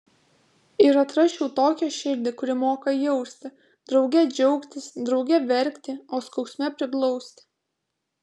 ir atrasčiau tokią širdį kuri moka jausti drauge džiaugtis drauge verkti o skausme priglausti